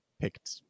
picked